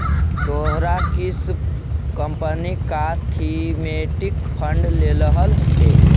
तोहरा किस कंपनी का थीमेटिक फंड लेलह हे